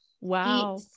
Wow